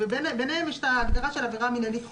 וביניהם יש הגדרה של "עבירה מנהלית חוזרת".